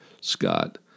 Scott